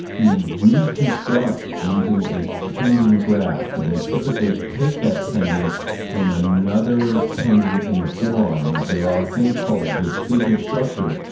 we reconstruct using a tendon graft, and we typically take that tendon from another tendon in the forearm. there are things called vestigial structures,